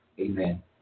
amen